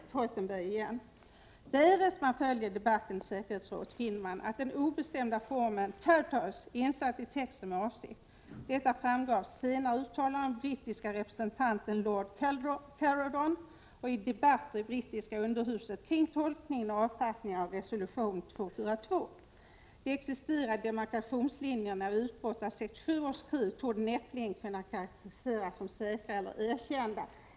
Jag citerar Theutenberg ännu en gång: ”Därest man följer debatten i säkerhetsrådet finner man att den obestämda formen ”territories' är insatt i texten med avsikt.” Detta framgår av senare uttalanden av den brittiske representanten Lord Caradon och i debatter i det brittiska underhuset kring tolkningen och avfattningen av resolution 242: ”De existerande demarkationslinjerna vid utbrottet av 1967 års krig torde näppeligen kunna karakteriseras som ”säkra” eller ”erkända” ”.